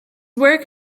work